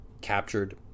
captured